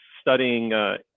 studying